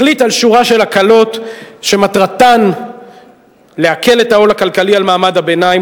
החליט על שורה של הקלות שמטרתן להקל את העול הכלכלי על מעמד הביניים,